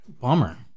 Bummer